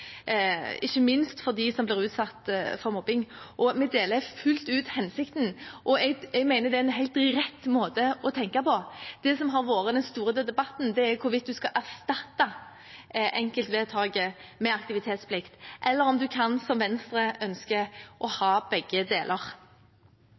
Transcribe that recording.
ikke minst for dem som blir utsatt for mobbing. Vi støtter fullt ut hensikten, og jeg mener det er en helt riktig måte å tenke på. Det som har vært den store debatten, er hvorvidt en skal erstatte enkeltvedtaket med aktivitetsplikt, eller om en kan – som Venstre ønsker – ha